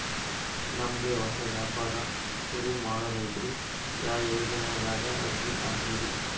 ನಮ್ ದೆ ಹೊಸಾ ವ್ಯಾಪಾರ ಸುರು ಮಾಡದೈತ್ರಿ, ಯಾ ಯೊಜನಾದಾಗ ಅರ್ಜಿ ಹಾಕ್ಲಿ ರಿ?